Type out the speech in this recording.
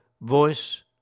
voice